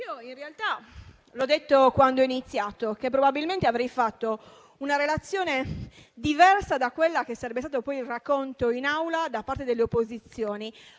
Signor Presidente, quando ho iniziato ho detto che probabilmente avrei fatto una relazione diversa da quello che sarebbe stato poi il racconto in Aula da parte delle opposizioni.